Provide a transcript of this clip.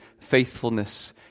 faithfulness